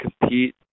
compete